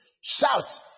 Shout